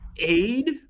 aid